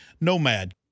Nomad